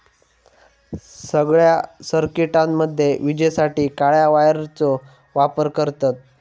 सगळ्या सर्किटामध्ये विजेसाठी काळ्या वायरचो वापर करतत